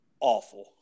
awful